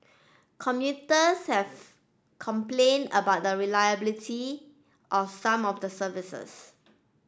commuters have complained about the reliability of some of the services